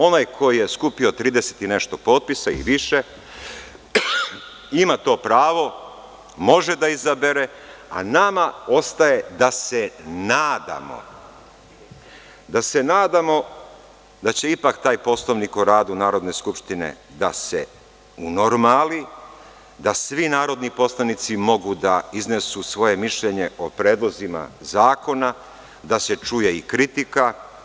Onaj ko je skupio trideset i nešto potpisa i više ima to pravo, može da izabere, a nama ostaje da se nadamo, da se nadamo da će ipak taj Poslovnik o radu Narodne skupštine da se unormali, da svi narodni poslanici mogu da iznesu svoje mišljenje o predlozima zakona, da se čuje i kritika.